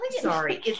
Sorry